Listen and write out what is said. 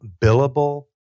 billable